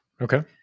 Okay